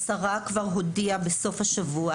השרה ד"ר יפעת שאשא ביטון כבר הודיעה בסוף השבוע